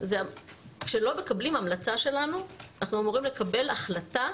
כשלא מקבלים המלצה שלנו אנחנו אמורים לקבל החלטה